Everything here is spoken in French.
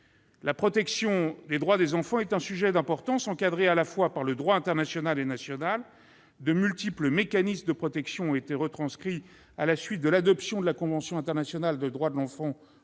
La protection des droits des enfants est un sujet d'importance encadré à la fois par le droit international et national. De multiples mécanismes de protection ont été retranscrits à la suite de l'adoption de la convention internationale des droits de l'enfant